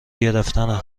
گرفتنه